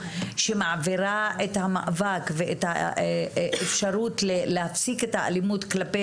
שמעבירה את המאבק ואת האפשרות להפסיק את האלימות כלפי